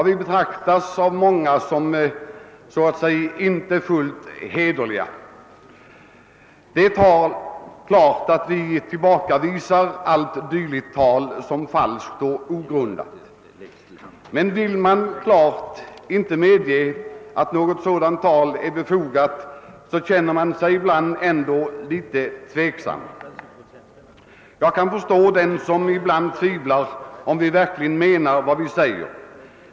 Det är klart att vi tillbakavisar allt dylikt tal som falskt och ogrundat. Men även om man inte vill medge att sådant tal är befogat, så känner man sig stundom litet tveksam. Jag kan förstå den som tvivlar på att vi verkligen menar vad vi säger.